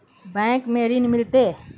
Bank में ऋण मिलते?